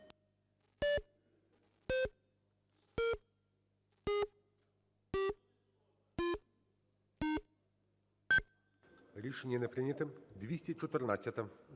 Рішення не прийнято. 214-а.